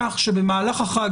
כך שבמהלך החג,